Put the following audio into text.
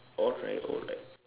alright alright